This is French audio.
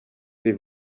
des